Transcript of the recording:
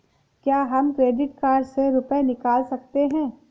क्या हम credit card से रुपये निकाल सकते हैं?